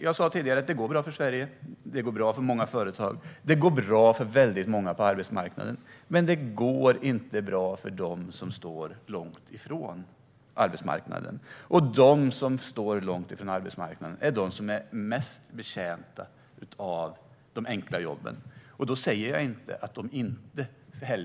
Jag sa tidigare att det går bra för Sverige. Det går bra för många företag. Det går bra för väldigt många på arbetsmarknaden. Men det går inte bra för dem som står långt från arbetsmarknaden. Och de som står långt från arbetsmarknaden är de som är mest betjänta av de enkla jobben. Då säger jag inte att de inte